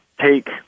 take